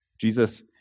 Jesus